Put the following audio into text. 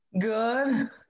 Good